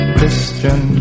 Christian